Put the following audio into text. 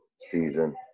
season